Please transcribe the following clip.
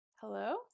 Hello